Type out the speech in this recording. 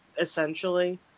essentially